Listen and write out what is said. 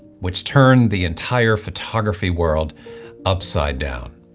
which turned the entire photography world upside down.